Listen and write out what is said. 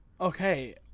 Okay